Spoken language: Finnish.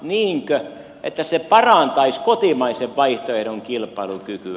niinkö että se parantaisi kotimaisen vaihtoehdon kilpailukykyä